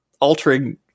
altering